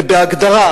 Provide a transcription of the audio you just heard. ובהגדרה,